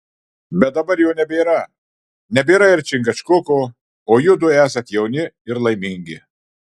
bet dabar jo nebėra nebėra ir čingačguko o judu esat jauni ir laimingi